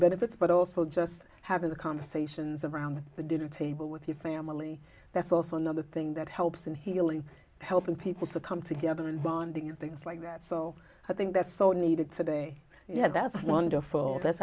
benefits but also just having the conversations around the dinner table with your family that's also another thing that helps in healing helping people to come together and bonding and things like that so i think that's so needed today yeah that's wonderful that's